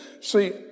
See